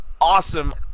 awesome